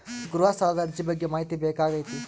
ಗೃಹ ಸಾಲದ ಅರ್ಜಿ ಬಗ್ಗೆ ಮಾಹಿತಿ ಬೇಕಾಗೈತಿ?